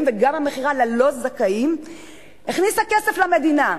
וגם המכירה ללא-זכאים הכניסו כסף למדינה.